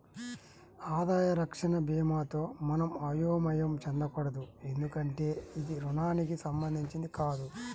ఆదాయ రక్షణ భీమాతో మనం అయోమయం చెందకూడదు ఎందుకంటే ఇది రుణానికి సంబంధించినది కాదు